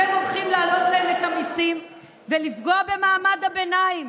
אתם הולכים להעלות להם את המיסים ולפגוע במעמד הביניים